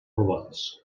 robots